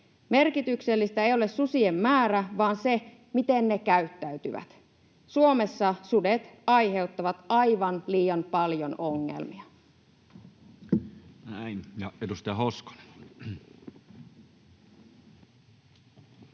Merkityksellistä ei ole susien määrä vaan se, miten ne käyttäytyvät. Suomessa sudet aiheuttavat aivan liian paljon ongelmia.